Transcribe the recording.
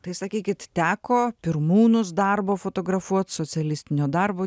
tai sakykit teko pirmūnus darbo fotografuot socialistinio darbo